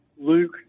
Luke